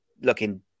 Looking